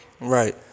Right